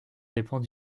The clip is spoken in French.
dépend